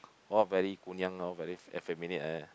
all very 姑娘 all very effeminate like that